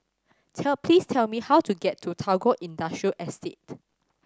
tell please tell me how to get to Tagore Industrial Estate